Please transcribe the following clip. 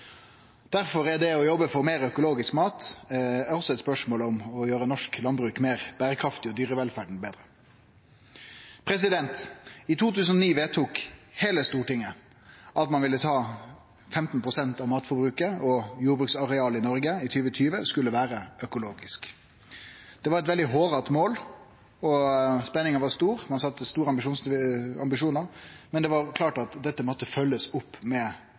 Derfor er det å jobbe for meir økologisk mat også eit spørsmål om å gjere norsk landbruk meir berekraftig og dyrevelferda betre. I 2009 vedtok heile Stortinget at 15 pst. av matforbruket og jordbruksarealet i Noreg i 2020 skulle vere økologisk. Det var eit veldig hårete mål. Spenninga var stor, ein hadde store ambisjonar, men det var klart at dette måtte bli følgt opp med